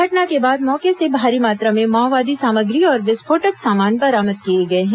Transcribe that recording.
घटना के बाद मौके से भारी मात्रा में माओवादी सामग्री और विस्फोटक सामान बरामद किए गए हैं